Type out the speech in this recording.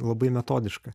labai metodiška